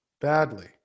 badly